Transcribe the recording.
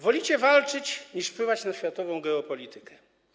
Wolicie walczyć niż wpływać na światową geopolitykę.